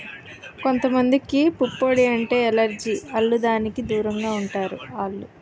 కొంత మందికి పుప్పొడి అంటే ఎలెర్జి ఆల్లు దానికి దూరంగా ఉండాలి